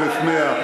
1,100,